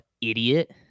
idiot